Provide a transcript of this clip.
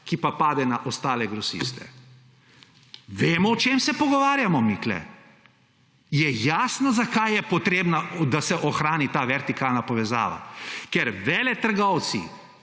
ki pa pade na ostale grosiste. Vemo, o čem se pogovarjamo mi tu? Je jasno, zakaj je potrebno, da se ohrani ta vertikalna povezava? Ker veletrgovci,